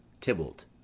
Tybalt